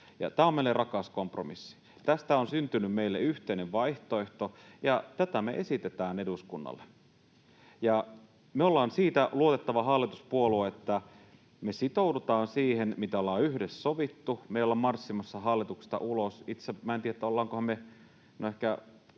tämä on meille rakas kompromissi. Tästä on syntynyt meille yhteinen vaihtoehto, ja tätä me esitetään eduskunnalle. Me ollaan siitä luotettava hallituspuolue, että me sitoudutaan siihen, mitä ollaan yhdessä sovittu. Me ei olla marssimassa hallituksesta ulos. Minä en tiedä, ollaankohan me